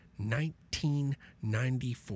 1994